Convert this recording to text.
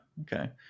okay